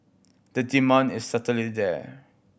the demand is certainly there